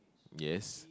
yes